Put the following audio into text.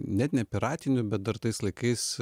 net ne piratinių bet dar tais laikais